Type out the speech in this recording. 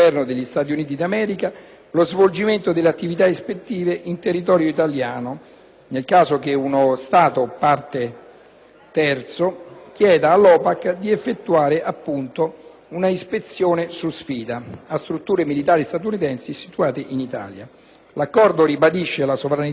terzo chieda all'OPAC di effettuare un'«ispezione su sfida» a strutture militari statunitensi situate in Italia. L'Accordo ribadisce la sovranità dello Stato sul territorio nazionale sul quale insiste ogni attrezzatura, edificio, nave o aeromobile di bandiera gestiti ed occupati